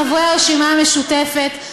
חברי הרשימה המשותפת,